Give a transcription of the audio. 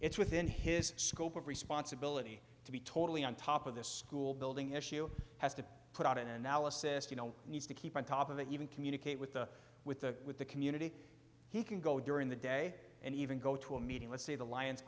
it's within his scope of responsibility to be totally on top of the school building issue has to put out an analysis you know needs to keep on top of it even communicate with the with the with the community he can go during the day and even go to a meeting let's see the lions